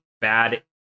bad